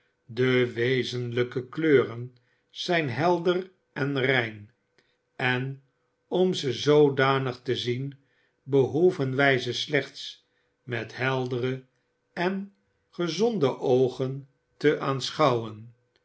de wezenlijke kleuren zijn helder en rein en om ze zoodanig te zien behoeven wij ze slechts met heldere en gezonde oogcn te aanschouwen